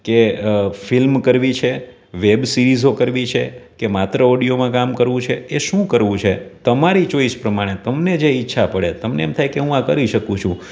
કે ફિલ્મ કરવી છે વેબ સિરિઝો કરવી છે કે માત્ર ઓડિયોમાં કામ કરવું છે એ શું કરવું છે તમારી ચોઈસ પ્રમાણે તમને જે ઈચ્છા પડે તમને એમ થાય કે હું આ કરી શકું છું